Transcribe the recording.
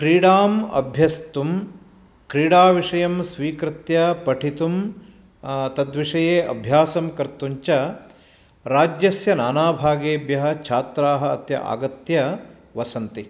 क्रीडां अभ्यस्तुं क्रीडाविषयं स्वीकृत्य पठितुं तद्विषये अभ्यासं कर्तुं च राजस्य नानाभागेभ्यः छात्राः अत्र आगत्य वसन्ति